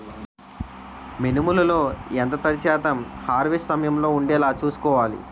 మినుములు లో ఎంత తడి శాతం హార్వెస్ట్ సమయంలో వుండేలా చుస్కోవాలి?